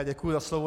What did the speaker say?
Děkuji za slovo.